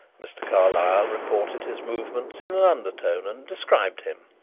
mr. carlyle reported his movements in an undertone and described him.